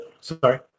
Sorry